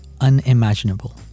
unimaginable